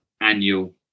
annual